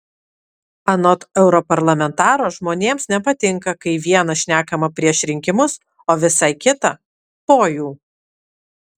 anot europarlamentaro žmonėms nepatinka kai viena šnekama prieš rinkimus o visai kita po jų